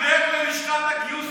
לך ללשכת הגיוס,